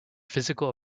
physical